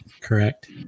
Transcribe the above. correct